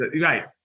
Right